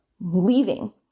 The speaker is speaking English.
leaving